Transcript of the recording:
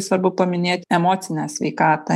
svarbu paminėti emocinę sveikatą